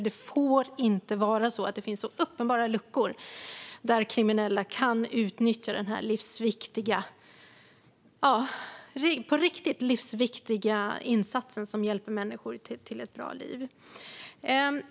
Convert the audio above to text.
Det får inte vara så att det finns uppenbara luckor där kriminella kan utnyttja den livsviktiga insats som görs för att hjälpa människor till ett bra liv.